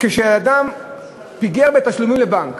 אדם שפיגר בכמה תשלומים לבנק.